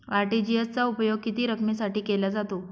RTGS चा उपयोग किती रकमेसाठी केला जातो?